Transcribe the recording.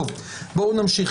בואו נמשיך.